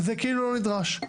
זה כאילו לא נדרש.